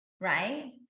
Right